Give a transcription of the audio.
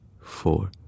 four